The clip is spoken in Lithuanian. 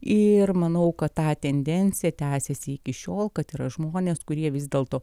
ir manau kad ta tendencija tęsiasi iki šiol kad yra žmonės kurie vis dėlto